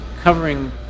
covering